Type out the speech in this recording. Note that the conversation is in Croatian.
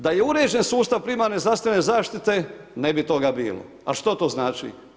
Da je uređen sustav primarne zdravstvene zaštite ne bi toga bilo, a što to znači?